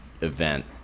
event